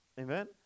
Amen